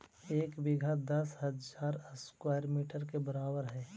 एक बीघा दस हजार स्क्वायर मीटर के बराबर हई